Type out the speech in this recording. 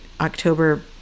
October